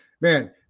man